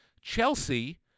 Chelsea